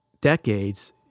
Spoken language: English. decades